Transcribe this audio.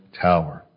tower